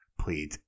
played